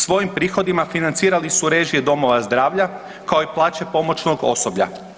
Svojim prihodima financirali su režije domova zdravlja, kao i plaće pomoćnog osoblja.